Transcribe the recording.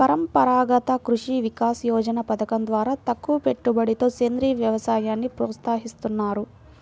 పరంపరాగత కృషి వికాస యోజన పథకం ద్వారా తక్కువపెట్టుబడితో సేంద్రీయ వ్యవసాయాన్ని ప్రోత్సహిస్తున్నారు